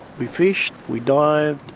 we fished, we dived,